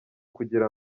kugira